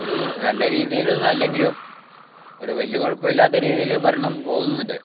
ഒരു നല്ല രീതിയിലൊന്നും അല്ലെങ്കിലും ഒരു വലിയ കുഴപ്പമില്ലാത്ത രീതിയിൽ ഭരണം പോവുന്നുണ്ട്